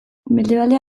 mendebaldea